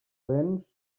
vents